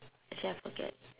actually I forget